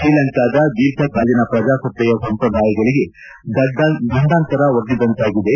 ಶ್ರೀಲಂಕಾದ ದೀರ್ಘಕಾಲಿನ ಪ್ರಜಾಸತ್ತೆಯ ಸಂಪ್ರದಾಯಗಳಿಗೆ ಗಂಡಾಂತರ ಒಡ್ಡಿದಂತಾಗಿದೆ